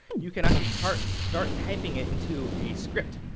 you can actually start start typing it into a script.